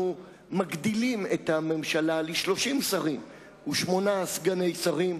אנחנו מגדילים את הממשלה ל-30 שרים ושמונה סגני שרים.